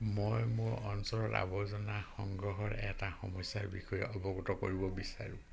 মই মোৰ অঞ্চলত আৱৰ্জনা সংগ্ৰহৰ এটা সমস্যাৰ বিষয়ে অৱগত কৰিব বিচাৰো